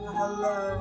hello